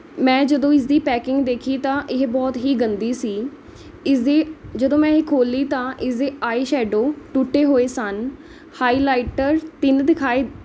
ਮੈਂ ਜਦੋਂ ਇਸਦੀ ਪੈਕਿੰਗ ਦੇਖੀ ਤਾਂ ਇਹ ਬਹੁਤ ਹੀ ਗੰਦੀ ਸੀ ਇਸ ਦੀ ਜਦੋਂ ਮੈਂ ਇਹ ਖੋਲ੍ਹੀ ਤਾਂ ਇਸਦੇ ਆਈ ਸ਼ੈਡੋ ਟੁੱਟੇ ਹੋਏ ਸਨ ਹਾਈਲਾਈਟਰ ਤਿੰਨ ਦਿਖਾਏ